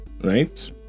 right